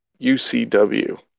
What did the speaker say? UCW